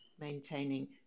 maintaining